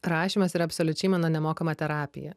rašymas yra absoliučiai mano nemokama terapija